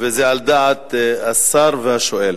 וזה על דעת השר והשואל.